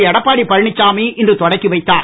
எடப்பாடி பழனிசாமி இன்று தொடக்கி வைத்தார்